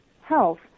health